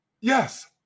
yes